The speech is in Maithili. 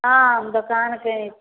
हम दोकान केने छिए